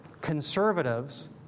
conservatives